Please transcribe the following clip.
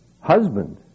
husband